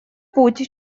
путь